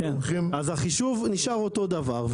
אתם לוקחים -- אז החישוב נשאר אותו דבר,